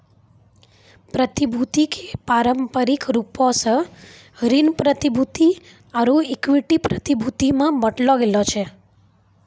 प्रतिभूति के पारंपरिक रूपो से ऋण प्रतिभूति आरु इक्विटी प्रतिभूति मे बांटलो गेलो छै